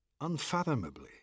Unfathomably